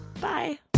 Bye